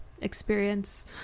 experience